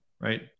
right